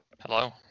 Hello